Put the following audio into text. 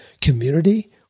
community